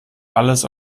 alles